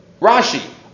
Rashi